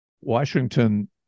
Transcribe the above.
Washington